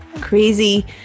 Crazy